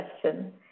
question